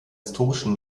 historischen